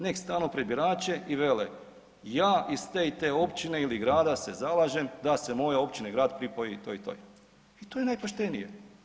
Nek stanu pred birače i vele, ja iz te i te općine ili grada se zalažem da se moja općina i grad pripoji toj i toj i to je najpoštenije.